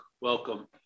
welcome